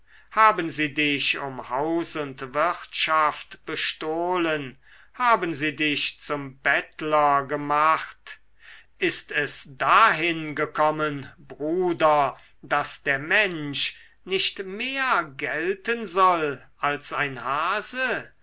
haben sie dich um haus und wirtschaft bestohlen haben sie dich zum bettler gemacht ist es dahin gekommen bruder daß der mensch nicht mehr gelten soll als ein hase